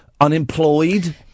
Unemployed